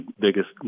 biggest